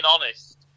honest